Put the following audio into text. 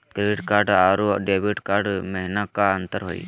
Credit card अरू debit card महिना का अंतर हई?